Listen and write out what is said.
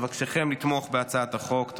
אבקשכם לתמוך בהצעת החוק.